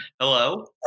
Hello